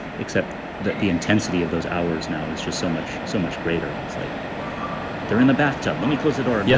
except that the intensity of those hours now is just so much so much greater. it's like they're in the bathtub. let me close the door. and yeah